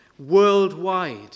worldwide